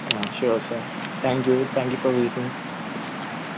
sure sir thank you thank you for visiting